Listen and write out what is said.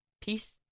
Peace